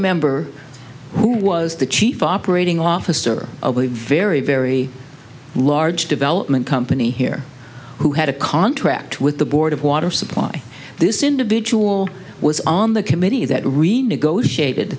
member who was the chief operating officer of a very very large development company here who had a contract with the board of water supply this individual was on the committee that renegotiated